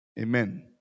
amen